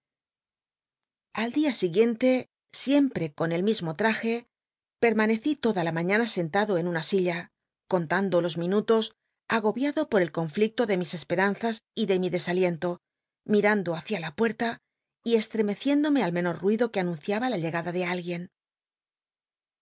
al dia sigu iente siempre con el mismo taajc pctmanecí tocla la maiíana sentado en una silla contando los minutos agobiado por el conflicto de mis cspctnnzas y ele mi dcsa licnlo mitando hücia la puerta y estl'cmcciéndome al menor ruido queanunciaba la llegada de alguien